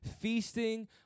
feasting